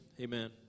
amen